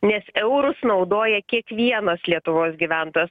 nes eurus naudoja kiekvienas lietuvos gyventojas